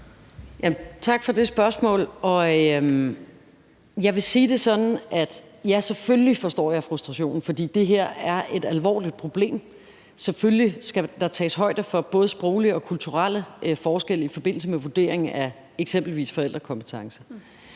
Tak for det spørgsmål. Jeg vil sige det sådan, at ja, selvfølgelig forstår jeg frustrationen, for det her er et alvorligt problem. Selvfølgelig skal der tages højde for både sproglige og kulturelle forskelle i forbindelse med vurdering af eksempelvis forældrekompetence.